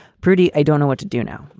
pretty. i don't know what to do now,